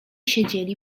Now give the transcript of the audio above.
siedzieli